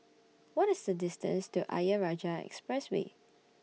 What IS The distance to Ayer Rajah Expressway